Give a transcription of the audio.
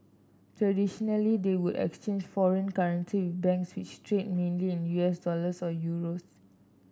traditionally they would exchange foreign currency banks which trade mainly in U S dollars or euros